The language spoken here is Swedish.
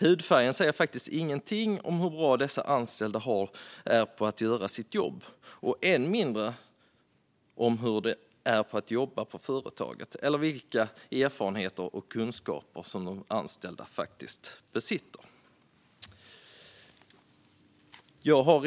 Hudfärgen säger faktiskt inget om hur bra de anställda är på att göra sitt jobb och ännu mindre om hur det är att jobba på företaget eller vilka erfarenheter och kunskaper de anställda besitter.